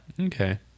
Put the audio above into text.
Okay